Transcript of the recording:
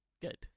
Good